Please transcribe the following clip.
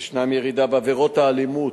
יש ירידה בעבירות האלימות.